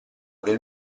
del